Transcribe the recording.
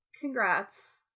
Congrats